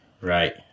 Right